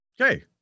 Okay